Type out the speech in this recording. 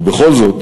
ובכל זאת